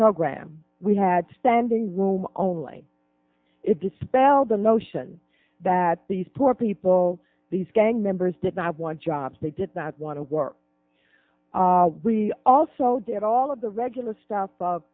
program we had standing room only it dispel the notion that these poor people these gang members did not want jobs they did not want to work we also did all of the regular stuff